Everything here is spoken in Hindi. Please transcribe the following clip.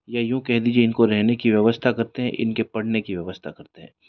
या यूँ कह दीजिए इनको रहने की व्यवस्था करते हैं इनके पढ़ने की व्यवस्था करते हैं